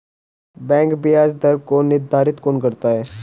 Bank ब्याज दर को निर्धारित कौन करता है?